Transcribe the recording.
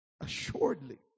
assuredly